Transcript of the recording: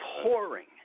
pouring